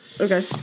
Okay